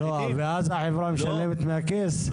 ואז החברה משלמת מכיסה?